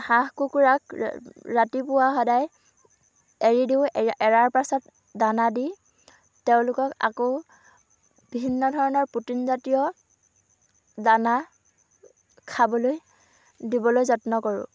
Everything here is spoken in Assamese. হাঁহ কুকুৰাক ৰাতিপুৱা সদায় এৰি দিওঁ এৰাৰ পিছত দানা দি তেওঁলোকক আকৌ ভিন্ন ধৰণৰ প্ৰটিনজাতীয় দানা খাবলৈ দিবলৈ যত্ন কৰোঁ